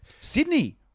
Sydney